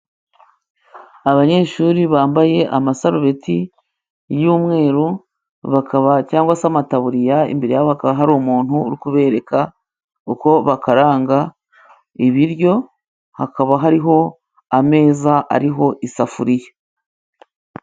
Abanyeshuri bambaye amasarubeti y'umweru bakaba cyangwa se amataburiya, imbere hakaba hari umuntu uri kubereka uko bakaranga ibiryo, hakaba hariho ameza ariho isafuriya.